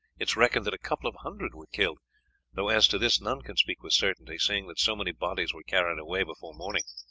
it is reckoned that a couple of hundred were killed though as to this none can speak with certainty, seeing that so many bodies were carried away before morning.